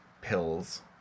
pills